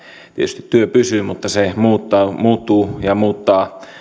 tietysti työ pysyy mutta se muuttuu ja muuttaa